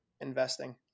investing